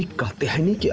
katyayani